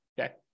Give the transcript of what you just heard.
Okay